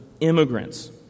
immigrants